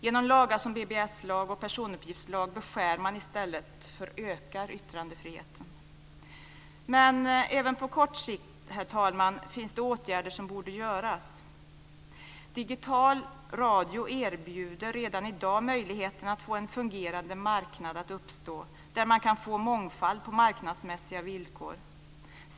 Genom lagar som BBS lag och personuppgiftslag beskär man i stället för att öka yttrandefriheten. Men även på kort sikt, herr talman, finns det åtgärder som borde vidtas. Digital radio erbjuder redan i dag möjligheten att få en fungerande marknad att uppstå där man kan få mångfald på marknadsmässiga villkor.